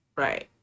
right